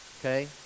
okay